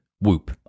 Whoop